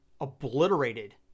obliterated